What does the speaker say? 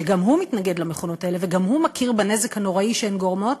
שגם הוא מתנגד למכונות האלה וגם הוא מכיר בנזק הנורא שהן גורמות,